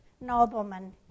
noblemen